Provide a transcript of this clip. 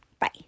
Bye